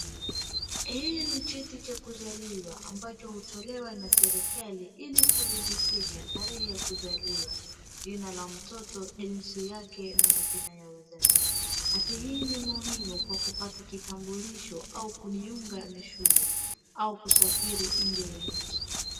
Hii ni cheti cha kuzaliwa ambacho hutolewa na serikali ili kudhibitisha tarehe ya kuzaliwa, jina la mtoto, jinsi yake na majina ya wazazi. Hati hii ni muhimu kwa kupata kitambulisho au kujiunga na shule au kusafiri nje ya nchi.